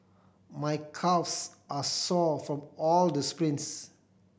my calves are sore from all the sprints